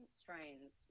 strains